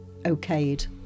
okayed